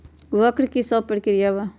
वक्र कि शव प्रकिया वा?